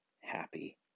happy